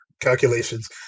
calculations